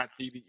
TV